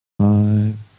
five